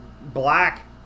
black